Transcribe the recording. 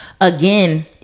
again